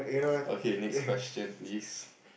okay next question please